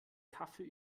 kaffee